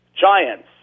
Giants